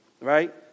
Right